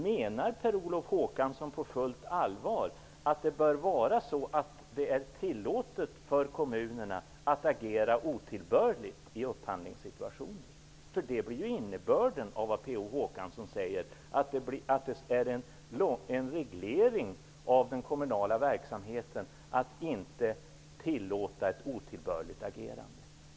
Menar Per Olof Håkansson på fullt allvar att det bör vara tillåtet för kommunerna att agera otillbörligt i upphandlingssituationer? Det är innebörden av vad Per Olof Håkansson säger. Han säger att det är en reglering av den kommunala verksamheten att inte tillåta ett otillbörligt agerande.